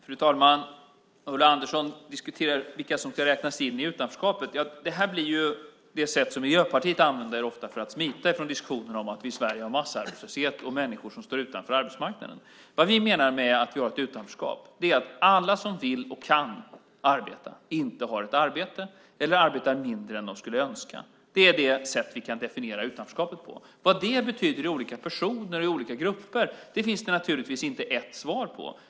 Fru talman! Ulla Andersson diskuterar vilka som ska räknas in i utanförskapet. Det här blir ju det sätt som Miljöpartiet ofta använder för att smita från diskussionen om att vi i Sverige har massarbetslöshet och människor som står utanför arbetsmarknaden. Vad vi menar med ett utanförskap är att alla som vill och kan arbeta inte har ett arbete eller arbetar mindre än de skulle önska. Det är det sätt vi kan definiera utanförskapet på. Vad det betyder för olika personer och olika grupper finns det naturligtvis inte ett svar på.